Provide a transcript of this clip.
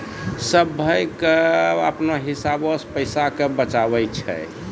सभ्भे कोय अपनो हिसाब से पैसा के बचाबै छै